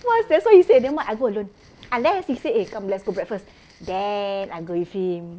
was that's why he say nevermind I go alone unless he say eh come let's go breakfast then I go with him